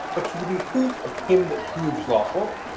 but to the behoof of him that proves lawful.